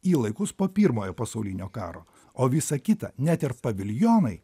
į laikus po pirmojo pasaulinio karo o visa kita net ir paviljonai